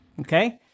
okay